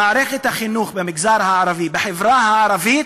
במערכת החינוך במגזר הערבי, בחברה הערבית,